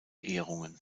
ehrungen